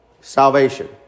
salvation